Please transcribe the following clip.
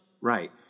right